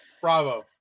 Bravo